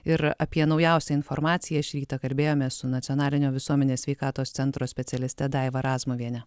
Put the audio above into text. ir apie naujausią informaciją šį rytą kalbėjomės su nacionalinio visuomenės sveikatos centro specialiste daiva razmuviene